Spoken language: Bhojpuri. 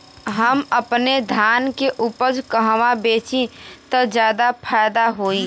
हम अपने धान के उपज कहवा बेंचि त ज्यादा फैदा होई?